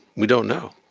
we don't know.